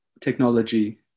technology